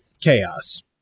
chaos